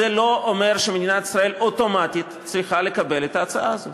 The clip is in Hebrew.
זה לא אומר שמדינת ישראל אוטומטית צריכה לקבל את ההצעה הזאת,